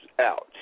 out